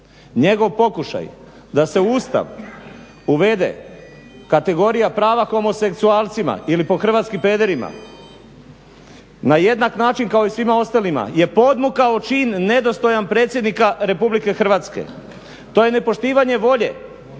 Njegov pokušaj da se u Ustav uvede kategorija prava homoseksualcima ili po hrvatski pederima na jednak način kao i svima ostalima je podmukao čin nedostojan predsjednika RH. To je nepoštivanje volje